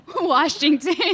Washington